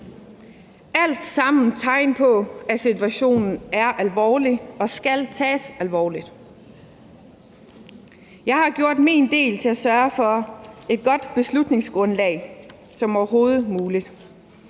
alt sammen tegn på, at situationen er alvorlig og skal tages alvorligt. Jeg har gjort min del til at sørge for et så godt beslutningsgrundlag som overhovedet muligt.